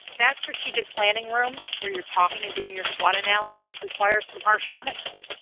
that strategic planning room where you're talking and doing your swot analysis requires some harsh honesty.